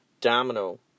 domino